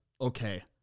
okay